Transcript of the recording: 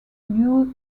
new